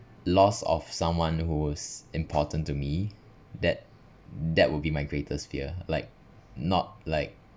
loss of someone who's important to me that that would be my greatest fear like not like